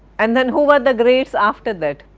and then who were the greats after that?